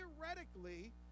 theoretically